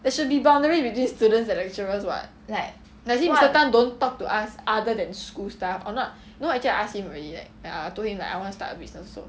there should be boundary between students and lecturers [what] like you see mister tan don't talk to us other than school stuff or not you know actually I ask him already like I told him that I want to start a business also